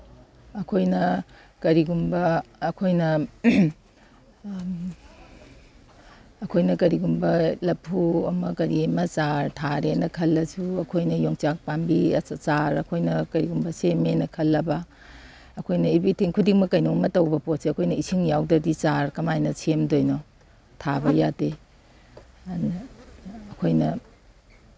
ꯑꯩꯈꯣꯏꯅ ꯀꯔꯤꯒꯨꯝꯕ ꯑꯩꯈꯣꯏꯅ ꯑꯩꯈꯣꯏꯅ ꯀꯔꯤꯒꯨꯝꯕ ꯂꯐꯨ ꯑꯃ ꯀꯔꯤ ꯑꯃ ꯆꯥꯔ ꯊꯥꯔꯦꯅ ꯈꯜꯂꯁꯨ ꯑꯩꯈꯣꯏꯅ ꯌꯣꯡꯆꯥꯛ ꯄꯥꯝꯕꯤ ꯆꯥꯔ ꯑꯩꯈꯣꯏꯅ ꯀꯩꯒꯨꯝꯕ ꯁꯦꯝꯃꯦꯅ ꯈꯜꯂꯕ ꯑꯩꯈꯣꯏꯅ ꯏꯕ꯭ꯔꯤꯊꯤꯡ ꯈꯨꯗꯤꯡꯃꯛ ꯀꯩꯅꯣꯝꯃ ꯇꯧꯕ ꯄꯣꯠꯁꯦ ꯑꯩꯈꯣꯏꯅ ꯏꯁꯤꯡ ꯌꯥꯎꯗ꯭ꯔꯗꯤ ꯆꯥꯔ ꯀꯃꯥꯏꯅ ꯁꯦꯝꯗꯣꯏꯅꯣ ꯊꯥꯕ ꯌꯥꯗꯦ ꯑꯗꯨꯅ ꯑꯩꯈꯣꯏꯅ